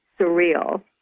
surreal